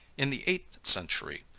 in the eighth century,